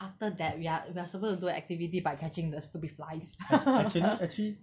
after that we are we are supposed to do activity by catching the stupid flies